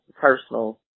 personal